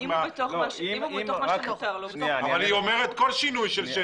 היא אומרת כל שינוי של שטח.